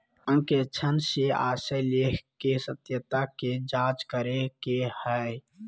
अंकेक्षण से आशय लेख के सत्यता के जांच करे के हइ